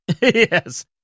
Yes